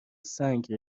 سنگ